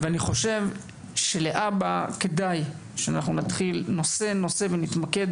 אבל אני חושב שלהבא כדי שנעבוד על כל נושא בנפרד,